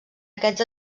aquests